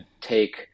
take